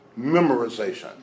memorization